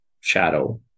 shadow